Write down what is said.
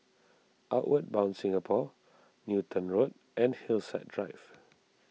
Outward Bound Singapore Newton Road and Hillside Drive